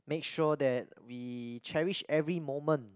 make sure that we cherish every moment